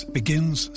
begins